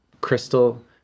crystal